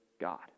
God